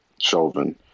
Chauvin